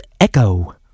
Echo